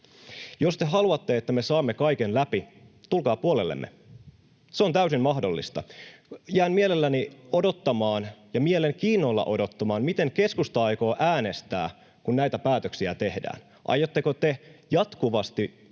Jos te haluatte, että me saamme kaiken läpi, tulkaa puolellemme. Se on täysin mahdollista. Jään mielenkiinnolla odottamaan, miten keskusta aikoo äänestää, kun näitä päätöksiä tehdään. Aiotteko te jatkuvasti vastustaa